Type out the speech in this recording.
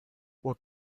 what